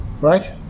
right